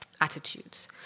attitudes